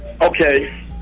Okay